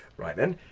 right then.